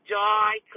die